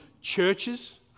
churches